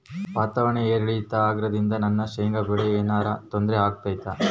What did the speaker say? ವಾತಾವರಣ ಏರಿಳಿತ ಅಗೋದ್ರಿಂದ ನನ್ನ ಶೇಂಗಾ ಬೆಳೆಗೆ ಏನರ ತೊಂದ್ರೆ ಆಗ್ತೈತಾ?